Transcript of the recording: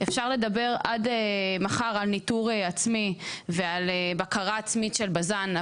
אפשר לדבר עד מחר על ניטור עצמי ועל בקרה עצמית של בז"ן,